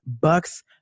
bucks